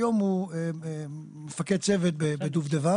היום הוא מפקד צוות בדובדבן,